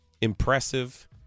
Impressive